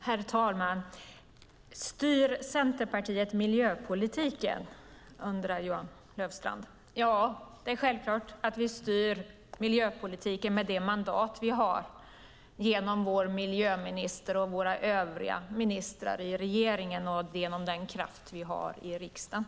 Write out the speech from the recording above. Herr talman! Styr Centerpartiet miljöpolitiken, undrar Johan Löfstrand. Ja, det är självklart att vi styr miljöpolitiken med det mandat vi har genom vår miljöminister och våra övriga ministrar i regeringen samt genom den kraft vi har i riksdagen.